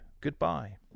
Goodbye